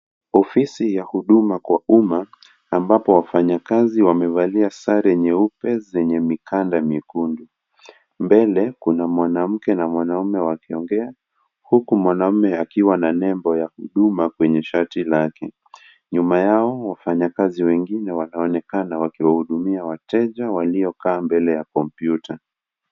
Ofisi ya huduma kwa umma ambapo wafanyakazi wamevalia sare nyeupe zenye mikanda mwekundu ,mbele kuna mwanamke na mwanaume wakiongea huku bmwanaume akiwa na nembo ya huduma kwenye shati lake, nyuma yao wafanyakazi wengine wanaonekana wakiwahudumia wateja waliokaa mbele ya kompyuta.